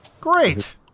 Great